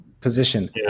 position